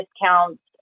discounts